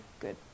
good